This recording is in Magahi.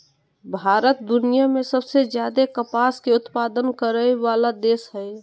भारत दुनिया में सबसे ज्यादे कपास के उत्पादन करय वला देश हइ